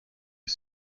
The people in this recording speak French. que